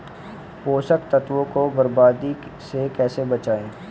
पोषक तत्वों को बर्बादी से कैसे बचाएं?